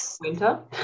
winter